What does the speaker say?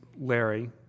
Larry